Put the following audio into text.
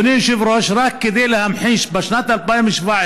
אדוני היושב-ראש, רק כדי להמחיש, בשנת 2017,